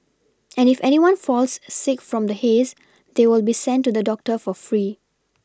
and if anyone falls sick from the haze they will be sent to the doctor for free